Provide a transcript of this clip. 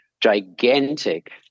gigantic